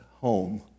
home